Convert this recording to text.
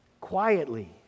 Quietly